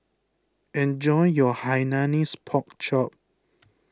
enjoy your Hainanese Pork Chop